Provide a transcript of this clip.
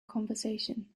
conversation